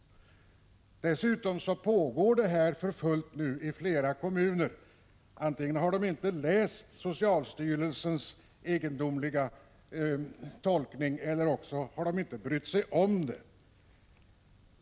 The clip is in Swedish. Den av statsrådet förordade ordningen tillämpas nu för fullt i flera kommuner. Antingen har de inte läst socialstyrelsens egendomliga tolkning, eller också har de inte brytt sig om den.